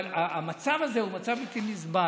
אבל המצב הזה הוא מצב בלתי נסבל.